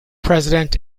president